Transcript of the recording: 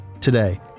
today